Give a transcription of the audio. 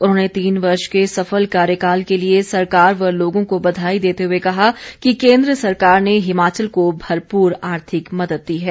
उन्होंने तीन वर्ष के सफल कार्यकाल के लिए सरकार व लोगों को बधाई देते हुए कहा कि केंद्र सरकार ने हिमाचल को भरपूर आर्थिक मदद दी है